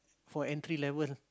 for entry level